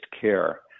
care